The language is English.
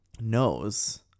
knows